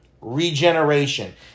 Regeneration